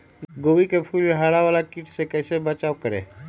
गोभी के फूल मे हरा वाला कीट से कैसे बचाब करें?